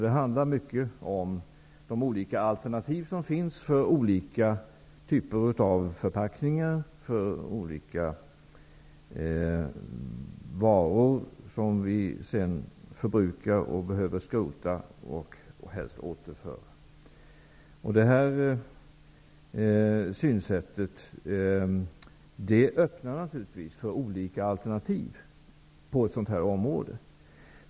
Det handlar mycket om de olika alternativ som finns för olika typer av förpackningar och för olika varor som vi förbrukar, skrotar och sedan helst skall återföra. Detta synsätt öppnar för olika alternativ.